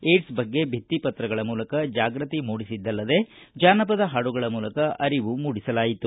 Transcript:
AIDS ಬಗ್ಗೆ ಭಿತ್ತಿ ಪತ್ರಗಳ ಮೂಲಕ ಜಾಗೃತಿ ಮೂಡಿಸಿದರಲ್ಲದೇ ಜಾನಪದ ಹಾಡುಗಳ ಮೂಲಕ ಅರಿವು ಮೂಡಿಸಲಾಯಿತು